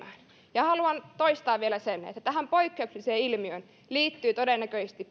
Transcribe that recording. tekemään haluan toistaa vielä sen että tähän poikkeukselliseen ilmiöön liittyy todennäköisesti